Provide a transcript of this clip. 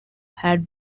had